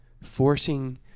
forcing